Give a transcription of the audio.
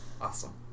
Awesome